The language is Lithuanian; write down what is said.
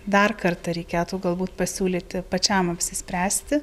dar kartą reikėtų galbūt pasiūlyti pačiam apsispręsti